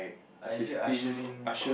I hear ushering